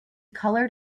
colored